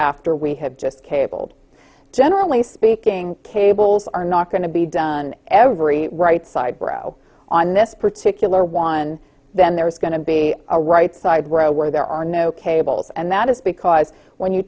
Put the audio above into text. after we have just cabled generally speaking cables are not going to be done every right side grow on this particular one then there is going to be a right side row where there are no cables and that is because when you